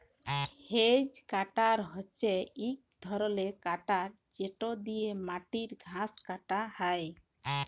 hedge cutter হছে ইক ধরলের কাটার যেট দিঁয়ে মাটিতে ঘাঁস কাটা হ্যয়